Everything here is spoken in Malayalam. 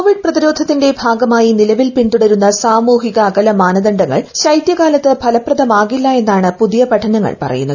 കോവിഡ് പ്രതിരോധത്തിന്റെ ഭാഗമായി ്ര നിലവിൽ പിന്തുടരുന്ന സാമൂഹിക അകല മാനദണ്ഡിങ്ങൾ ശൈത്യകാലത്ത് ഫലപ്രദമാകില്ല എന്നാണ് പുതിയു പ്രിനങ്ങൾ പറയുന്നത്